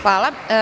Hvala.